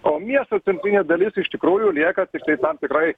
o miesto centrinė dalis iš tikrųjų lieka tiktai tam tikrai